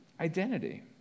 identity